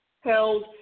held